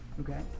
Okay